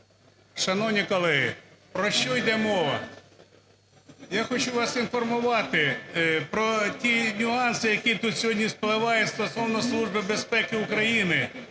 Шановні колеги, про що йде мова? Я хочу вас інформувати про ті нюанси, які тут сьогодні вспливають стосовно Служби безпеки України.